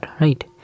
right